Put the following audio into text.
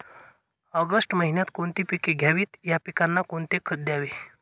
August महिन्यात कोणती पिके घ्यावीत? या पिकांना कोणते खत द्यावे?